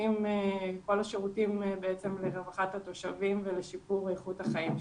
עם כל השירותים לרווחת התושבים ולשיפור איכות חייהם.